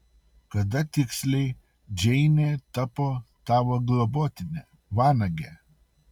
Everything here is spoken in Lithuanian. kada tiksliai džeinė tapo tavo globotine vanage